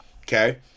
okay